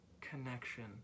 connection